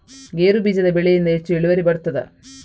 ಗೇರು ಬೀಜದ ಬೆಳೆಯಿಂದ ಹೆಚ್ಚು ಇಳುವರಿ ಬರುತ್ತದಾ?